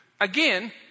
again